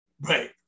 Right